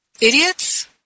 idiots